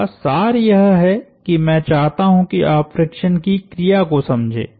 इसका सार यह है कि मैं चाहता हूं कि आप फ्रिक्शन की क्रिया को समझे